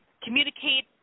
communicate